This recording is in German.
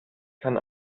kann